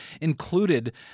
included